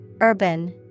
Urban